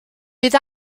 bydd